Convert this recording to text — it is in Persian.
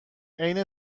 عین